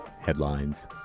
headlines